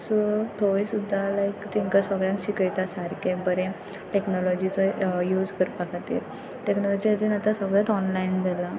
so थंय सुद्दा लायक तेंकां सगळ्यांक शिकयता सारकें बरें टॅक्नोलॉजीचो यूज करपा खातीर टॅक्नोलॉजी एजीन आतां सगळेंत ऑनलायन जालां